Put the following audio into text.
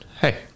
hey